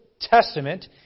Testament